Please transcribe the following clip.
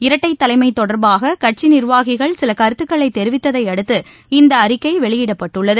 இரட்டை தலைமை தொடர்பாக கட்சி நிர்வாகிகள் சில கருத்துக்களை தெரிவித்தையடுத்து இந்த அறிக்கை வெளியிடப்பட்டுள்ளது